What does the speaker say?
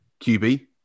QB